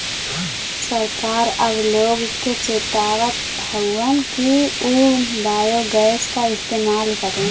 सरकार अब लोग के चेतावत हउवन कि उ बायोगैस क इस्तेमाल करे